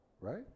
Right